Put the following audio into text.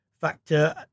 factor